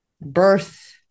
birth